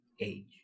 age